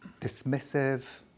dismissive